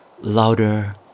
louder